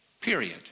Period